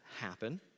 happen